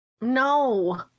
No